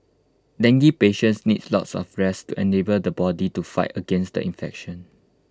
dengue patients need lots of rest to enable the body to fight against the infection